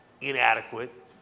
inadequate